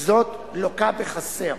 זאת לוקה בחסר.